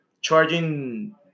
charging